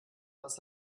was